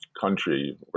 country